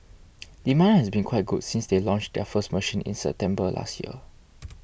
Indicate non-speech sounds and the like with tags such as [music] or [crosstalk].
[noise] demand has been quite good since they launched their first machine in September last year